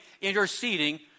interceding